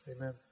amen